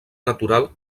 natural